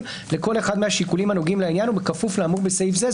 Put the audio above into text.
לכל אחד מהשיקולים הנוגעים לעניין ובכפוף לאמור בסעיף זה".